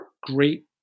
great